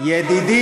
חברים,